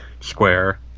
Square